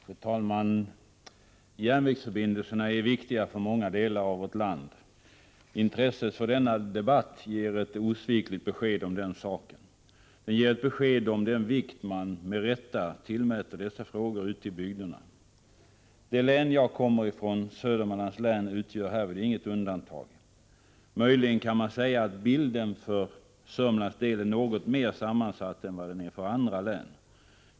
Fru talman! Järnvägsförbindelserna är viktiga för många delar av vårt land. Intresset för denna debatt ger ett osvikligt besked om den saken. Den ger ett besked om den vikt man — med rätta — tillmäter dessa frågor ute i bygderna. Det län jag kommer ifrån, Södermanlands län, utgör härvid inget undantag. Möjligen kan man säga att bilden för Sörmlands del är något mer sammansatt än vad den är för andra län.